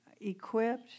equipped